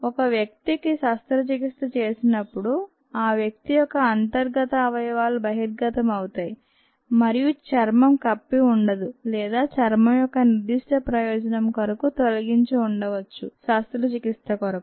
ఒక వ్యక్తికి శస్త్రచికిత్స చేసినప్పుడు ఆ వ్యక్తి యొక్క అంతర్గత అవయవాలు బహిర్గతమవుతాయి మరియు చర్మం కప్పి ఉండదు లేదా చర్మం ఒక నిర్ధిష్ట ప్రయోజనం కొరకు తొలగించి ఉండచ్చు శస్త్రచికిత్స కొరకు